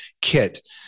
kit